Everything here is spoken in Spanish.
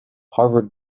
harvard